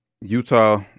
Utah